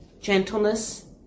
gentleness